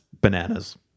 bananas